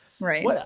Right